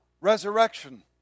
resurrection